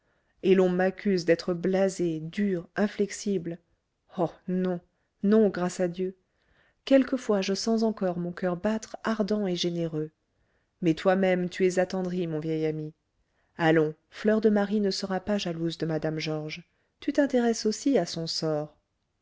et l'on m'accuse d'être blasé dur inflexible oh non non grâce à dieu quelquefois je sens encore mon coeur battre ardent et généreux mais toi-même tu es attendri mon vieil ami allons fleur de marie ne sera pas jalouse de mme georges tu t'intéresses aussi à son sort